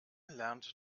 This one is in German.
lernt